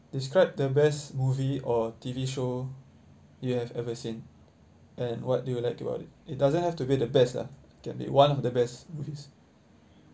describe the best movie or T_V show you have ever seen and what do you like about it it doesn't have to be the best lah can be one of the best movies